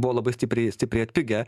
buvo labai stipriai stipriai atpigę